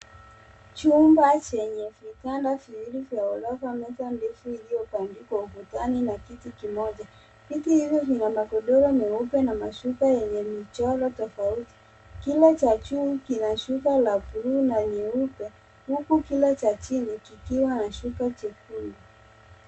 Chumba chenye vitanda viwili vya ghorofa, meza ndefu iliyobandikwa ukutani na kiti kimoja. Viti hivyo vina magodoro meupe na mashuka yenye michoro. Kila cha juu kina shuka la bluu na nyeupe huku kila cha chini kikiwa na shuka jekundu.